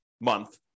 month